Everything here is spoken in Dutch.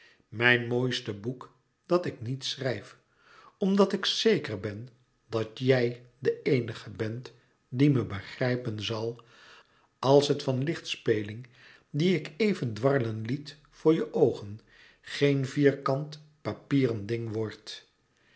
mijn mooiste boek dat ik niet schrijf omdat ik zeker ben dat jij de eenige bent die me begrijpen zal als het van lichtspeling die ik even dwarrelen liet voor je oogen geen vierkant papieren ding wordt